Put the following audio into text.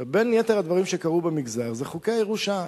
בין יתר הדברים שקרו במגזר זה חוקי הירושה.